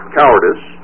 cowardice